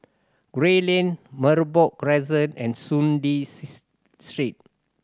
Gray Lane Merbok Crescent and Soon Lee Street